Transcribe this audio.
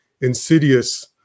insidious